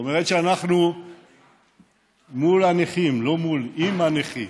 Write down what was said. זאת אומרת, שאנחנו מול הנכים, לא "מול", עם הנכים,